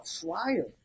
flyer